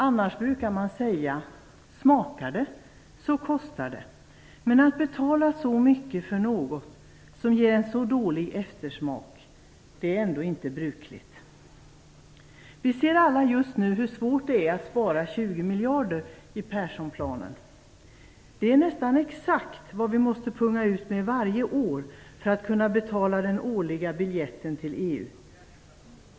Annars brukar man säga: Smakar det så kostar det. Men att betala så mycket för något som ger en så dålig eftersmak, det är ändå inte brukligt. Vi ser alla just nu hur svårt det är att spara 20 miljarder i Perssonplanen. Det är nästan exakt vad vi måste punga ut med varje år för att kunna betala den årliga biljetten till EU.